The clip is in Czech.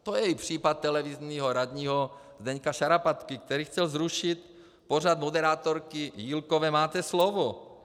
To je i případ televizního radního Zdeňka Šarapatky, který chtěl zrušit pořad moderátorky Jílkové Máte slovo.